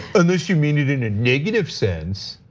an issue mean it in a negative sense.